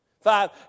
Five